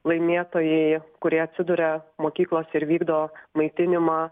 laimėtojai kurie atsiduria mokyklose ir vykdo maitinimą